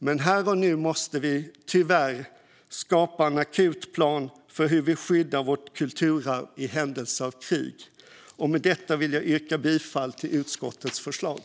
Men här och nu måste vi tyvärr skapa en akut plan för hur vi skyddar vårt kulturarv i händelse av krig. Med detta vill jag yrka bifall till utskottets förslag.